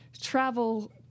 travel